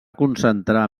concentrar